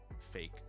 fake